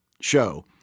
show